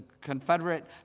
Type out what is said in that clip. Confederate